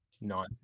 Nice